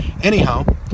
Anyhow